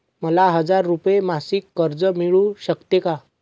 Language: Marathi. मला हजार रुपये मासिक कर्ज मिळू शकते का?